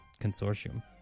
Consortium